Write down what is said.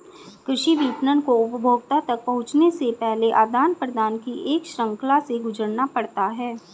कृषि विपणन को उपभोक्ता तक पहुँचने से पहले आदान प्रदान की एक श्रृंखला से गुजरना पड़ता है